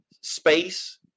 space